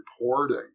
reporting